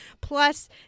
Plus